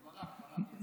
ברח, ברח.